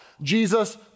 Jesus